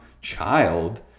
child